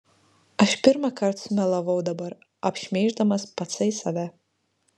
aš pirmąkart sumelavau dabar apšmeiždamas patsai save